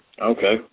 Okay